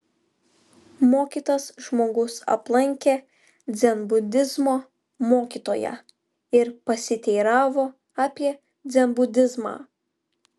mokytas žmogus aplankė dzenbudizmo mokytoją ir pasiteiravo apie dzenbudizmą